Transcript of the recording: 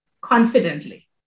confidently